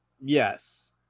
Yes